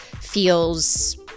feels